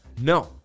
No